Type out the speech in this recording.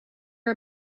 her